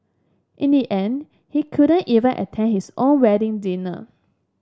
in the end he couldn't even attend his own wedding dinner